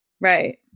right